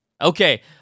Okay